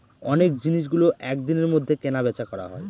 অনেক জিনিসগুলো এক দিনের মধ্যে কেনা বেচা করা হয়